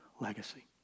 legacy